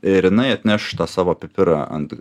ir jinai atneš tą savo pipirą ant